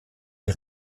die